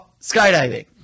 skydiving